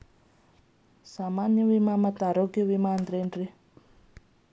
ಸಾಮಾನ್ಯ ವಿಮಾ ಮತ್ತ ಆರೋಗ್ಯ ವಿಮಾ ಅಂದ್ರೇನು?